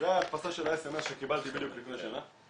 זו ההדפסה של האס.אמ.אס שקיבלתי בדיוק לפני שנה.